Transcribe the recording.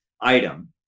item